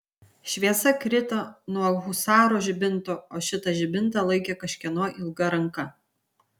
šviesa krito nuo husaro žibinto o šitą žibintą laikė kažkieno ilga ranka